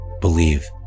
believe